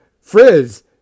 Frizz